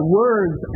words